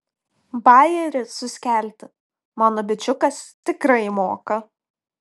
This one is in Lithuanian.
bajerį suskelti mano bičiukas tikrai moka